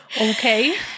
Okay